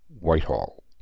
Whitehall